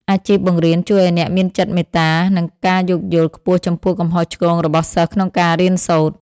អាជីពបង្រៀនជួយឱ្យអ្នកមានចិត្តមេត្តា និងការយោគយល់ខ្ពស់ចំពោះកំហុសឆ្គងរបស់សិស្សក្នុងការរៀនសូត្រ។